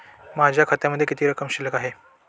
माझ्या खात्यामध्ये किती रक्कम शिल्लक आहे?